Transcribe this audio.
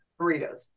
Burritos